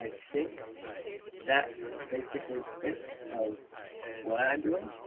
ah think that's basically it of what i'm doing,